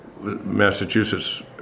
Massachusetts